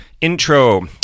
intro